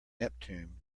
neptune